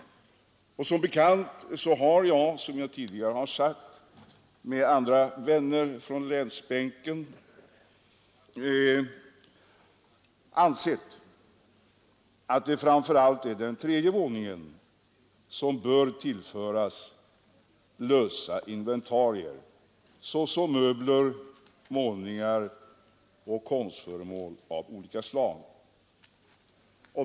Som jag tidigare sagt har jag tillsammans med vänner från länsbänken ansett att det framför allt är den tredje våningen som bör tillföras lösa inventarier såsom möbler, målningar och konstföremål av olika slag.